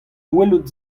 welet